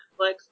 Netflix